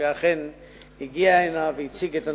שאכן הגיע הנה והציג את הנושא.